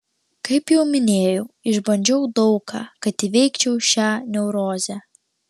kaip jau minėjau išbandžiau daug ką kad įveikčiau šią neurozę